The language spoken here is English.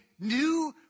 new